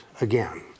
again